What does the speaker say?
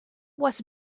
was